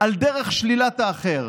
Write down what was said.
על דרך שלילת האחר: